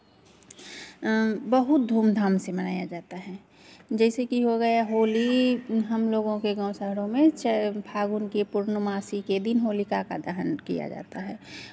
बहुत धूमधाम से मनाया जाता है जैसे कि हो गया होली हमलोगों के गांव शहरों में फाल्गुन के पूर्णमासी के दिन होलिका का दहन किया जाता है